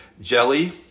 jelly